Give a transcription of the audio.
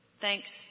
Thanks